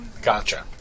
Gotcha